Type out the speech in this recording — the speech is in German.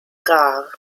rar